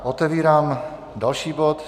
Otevírám další bod.